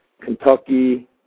Kentucky